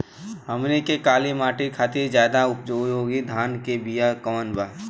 हमनी के काली माटी खातिर ज्यादा उपयोगी धान के बिया कवन बा?